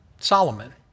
Solomon